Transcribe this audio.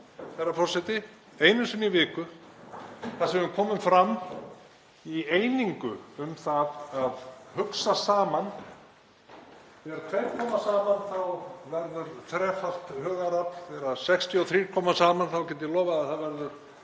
herra forseti, t.d. einu sinni í viku þar sem við komum fram í einingu um að hugsa saman. Þegar tveir koma saman verður þrefalt hugarafl, þegar 63 koma saman þá get ég lofað því að það verður